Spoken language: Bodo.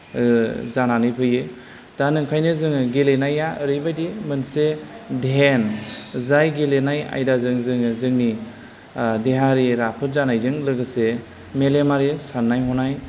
जानानै फैयो दा नै ओंखायनो जोङो गेलेनाया ओरैबायदि मोनसे धेन जाय गेलेनाय आयदाजों जोङो जोंनि देहायारि राफोद जानायजों लोगोसे मेलेमारि सान्नाय हनाय